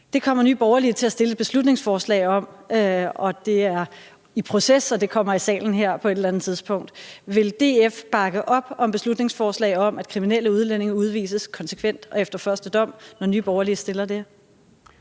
Det kommer Nye Borgerlige til at fremsætte et beslutningsforslag om; det er i proces og kommer i salen her på et eller andet tidspunkt. Vil DF bakke op om et beslutningsforslag om, at kriminelle udlændinge udvises konsekvent og efter første dom, når Nye Borgerlige fremsætter det?